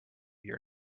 your